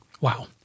Wow